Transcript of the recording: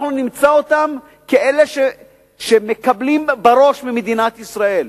נמצא אותם כאלה שמקבלים בראש ממדינת ישראל,